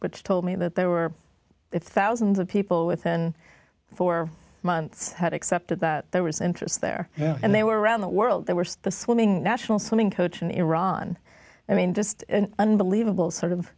which told me that there were thousands of people within four months had accepted that there was interest there and they were around the world they were just the swimming national swimming coach in iran i mean just unbelievable sort of